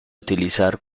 utilizar